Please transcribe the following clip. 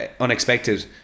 unexpected